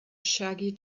shaggy